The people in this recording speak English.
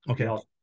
okay